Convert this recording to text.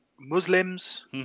Muslims